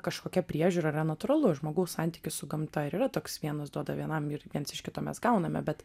kažkokia priežiūra natūralu žmogaus santykis su gamta ir yra toks vienas duoda vienam ir viens iš kito mes gauname bet